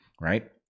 right